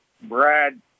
Brad